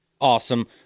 Awesome